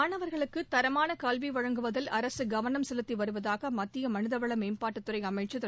மாணவர்களுக்கு தரமான கல்வி வழங்குவதில் அரசு கவனம் செலுத்தி வருவதாக மத்திய மனிதவள மேம்பாட்டுத்துறை அமைச்சர் திரு